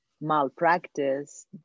malpractice